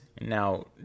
now